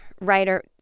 writer